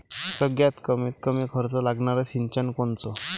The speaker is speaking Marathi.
सगळ्यात कमीत कमी खर्च लागनारं सिंचन कोनचं?